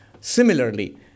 similarly